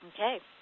Okay